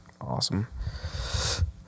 awesome